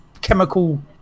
chemical